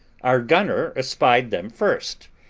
our gunner espied them first,